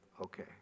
okay